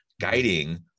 guiding